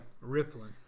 Rippling